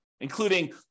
including